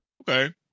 okay